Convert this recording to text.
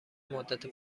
مدت